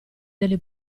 delle